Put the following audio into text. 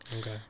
Okay